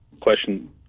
question